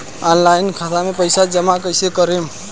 Online खाता मे पईसा जमा कइसे करेम?